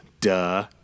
Duh